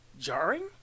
jarring